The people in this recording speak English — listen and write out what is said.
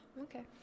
Okay